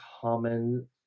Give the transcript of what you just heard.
common